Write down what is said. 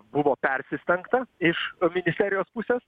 buvo persistengta iš ministerijos pusės